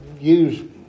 use